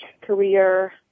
career